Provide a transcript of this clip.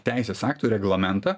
teisės aktų reglamentą